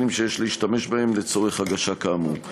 שיש להשתמש בהם לצורך הגשה כאמור.